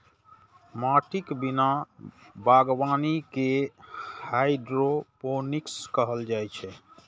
माटिक बिना बागवानी कें हाइड्रोपोनिक्स कहल जाइ छै